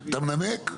אתה מנמק?